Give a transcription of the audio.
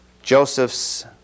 Joseph's